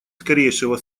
скорейшего